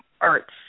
arts